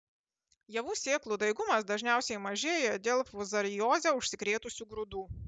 javų sėklų daigumas dažniausiai mažėja dėl fuzarioze užsikrėtusių grūdų